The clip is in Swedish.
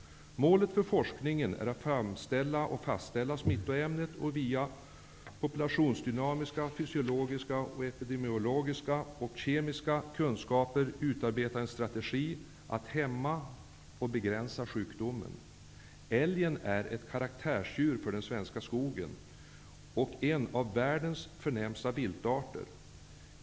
Målet för forskningen är att fastställa smittoämnet och via populationsdynamiska, fysiologiska, epidemiologiska och kemiska kunskaper utarbeta en strategi för att hämma och begränsa sjukdomen. Älgen är ett karaktärsdjur för den svenska skogen och en av världens förnämsta viltarter.